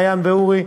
מעיין ואורי.